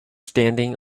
standing